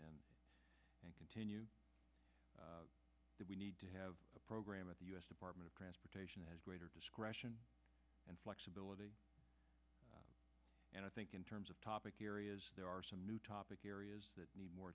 s and continue that we need to have a program at the u s department of transportation has greater discretion and flexibility and i think in terms of topic there are some new topic areas that need more